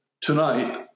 tonight